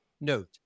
Note